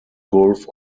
gulf